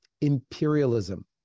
imperialism